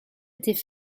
étaient